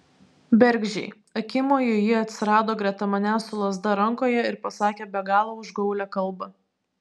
bergždžiai akimoju ji atsirado greta manęs su lazda rankoje ir pasakė be galo užgaulią kalbą